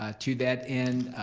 ah to that end,